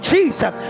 Jesus